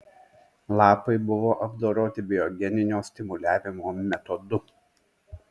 lapai buvo apdoroti biogeninio stimuliavimo metodu